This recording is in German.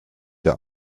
der